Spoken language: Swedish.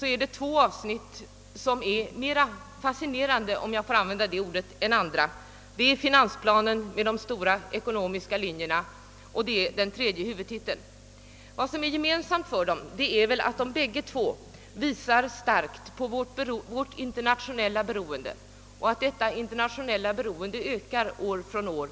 är det väl ändå två avsnitt som är mera fascinerande, om jag får använda det ordet, än andra. Det är finansplanen med de stora ekonomiska linjerna, och det är tredje huvudtiteln. Gemensamt för dessa båda avsnitt är att de mycket starkt framhäver vårt internationella beroende och att detta beroendeförhållande ökar år från år.